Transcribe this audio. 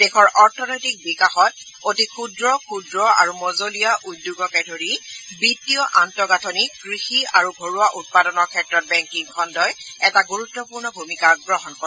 দেশৰ অৰ্থনৈতিক বিকাশত অতি ক্ষুদ্ৰ ক্ষুদ্ৰ আৰু মজলীয়া উদ্যমকে ধৰি বিত্তীয় আন্তঃগাঁঠনি কৃষি ঘৰুৱা উৎপাদনৰ ক্ষেত্ৰত বেংকিং খণ্ডই এটা গুৰুত্বপূৰ্ণ ভূমিকা গ্ৰহণ কৰে